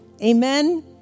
Amen